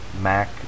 Mac